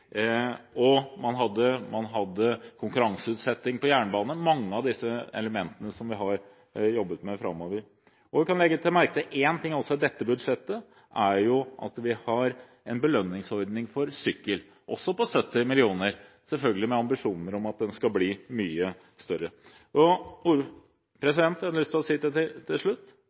man hadde konkurranseutsetting på jernbane – mange av disse elementene som vi jobber med framover. En ting vi også kan legge merke til i dette budsjettet, er at vi har en belønningsordning for sykkel, på 70 mill. kr, selvfølgelig med ambisjoner om at den skal bli mye større Jeg har lyst til å si til